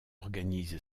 organise